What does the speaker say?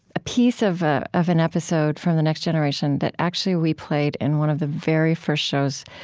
a piece of ah of an episode from the next generation that, actually, we played in one of the very first shows